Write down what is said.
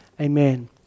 amen